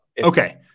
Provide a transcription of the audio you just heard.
Okay